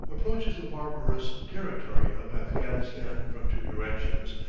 approaches the barbarous territory of afghanistan from two directions,